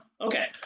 okay